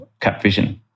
CapVision